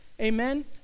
amen